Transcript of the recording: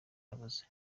yavuze